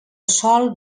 sòl